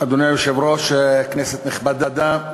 אדוני היושב-ראש, כנסת נכבדה,